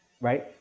right